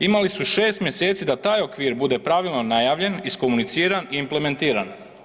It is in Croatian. Imali su 6 mjeseci da taj okvir bude pravilno najavljen, iskomuniciran i implementiran.